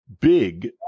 big